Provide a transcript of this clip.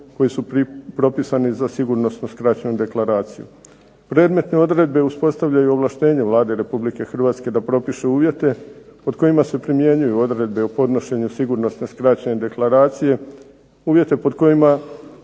koji su propisani za sigurnosnu skraćenu deklaraciju. Predmetne odredbe uspostavljaju ovlaštenje Vlade Republike Hrvatske da propiše uvjete pod kojima se primjenjuju odredbe o podnošenju sigurnosne skraćene deklaracije, uvjete pod kojima